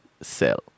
cell